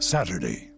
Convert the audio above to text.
Saturday